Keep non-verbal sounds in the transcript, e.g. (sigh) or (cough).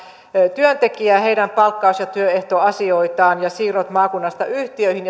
työntekijää heidän palkkaus ja työehtoasioitaan ja vielä siirrot maakunnasta yhtiöihin (unintelligible)